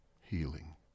healing